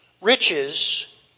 riches